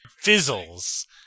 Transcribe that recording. fizzles